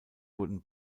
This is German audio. wurden